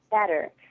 better